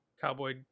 Cowboy